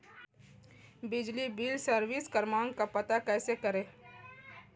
बिजली bill service क्रमांक का पता कैसे करें?